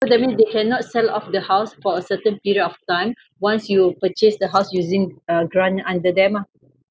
so that means they cannot sell off the house for a certain period of time once you purchase the house using a grant under them ah